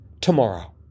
tomorrow